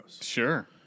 Sure